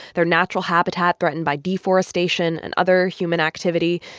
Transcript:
their natural habitat threatened by deforestation and other human activity.